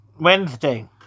Wednesday